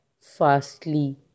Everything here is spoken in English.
fastly